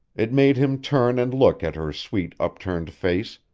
it made him turn and look at her sweet, upturned face,